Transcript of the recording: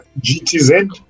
GTZ